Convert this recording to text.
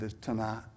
tonight